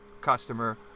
customer